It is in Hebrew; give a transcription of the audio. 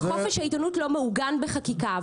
וחופש העיתונות לא מעוגן בחקיקה.